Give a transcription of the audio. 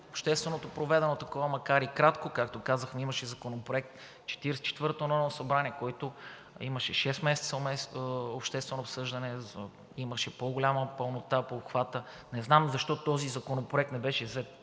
общественото проведено такова, макар и кратко, както казахме, имаше Законопроект в Четиридесет и четвъртото народно събрание, който имаше шест месеца обществено обсъждане, имаше по-голяма пълнота по обхвата. Не знам защо този законопроект не беше взет